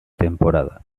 temporada